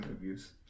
reviews